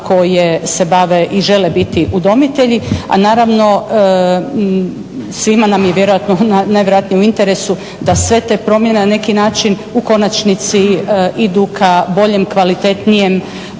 koje se bave i žele biti udomitelji, a naravno svima nam je vjerojatno najvjerojatnije u interesu da sve te promjene na neki način u konačnici idu ka boljem, kvalitetnijem